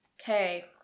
Okay